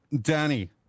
Danny